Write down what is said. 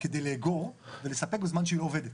כדי לאגור ולספק בזמן שהיא לא עובדת,